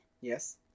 Yes